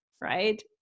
right